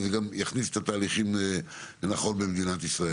וזה גם יכניס את התהליכים נכון במדינת ישראל.